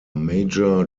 major